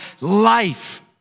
life